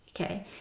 okay